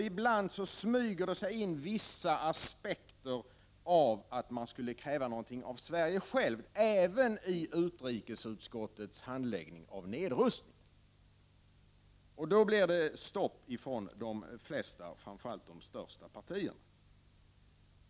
Ibland smyger det även i utrikesutskottets handläggning av nedrustning sig in vissa idéer om att man skulle kräva någonting av Sverige självt. Då blir det stopp från de flesta, och framför allt de största, partierna.